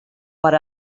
per